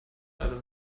leider